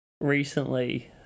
recently